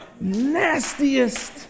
nastiest